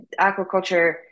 aquaculture